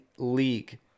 league